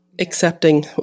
accepting